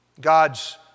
God's